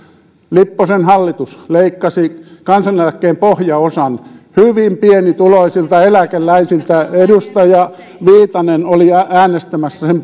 lipposen hallitus leikkasi kansaneläkkeen pohjaosan hyvin pienituloisilta eläkeläisiltä edustaja viitanen oli äänestämässä sen